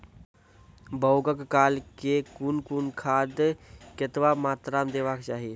बौगक काल मे कून कून खाद केतबा मात्राम देबाक चाही?